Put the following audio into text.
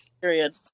Period